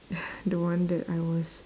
the one that I was